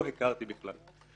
לא הכרתי בכלל.